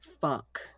Fuck